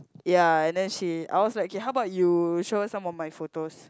ya and then she I was like okay how about you show some of my photos